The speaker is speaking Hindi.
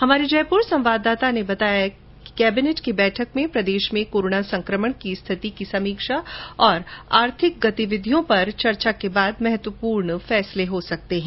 हमारे जयपुर संवाददाता ने बताया कि कैबिनेट की बैठक में प्रदेश में कोरोना संकमण की स्थिति पर समीक्षा और आर्थिक गतिविधियों पर चर्चा कर महत्वपूर्ण फैसले हो सकते हैं